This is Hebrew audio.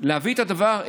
להביא את הדבר,